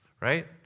right